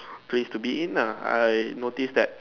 place to be in nah I notice that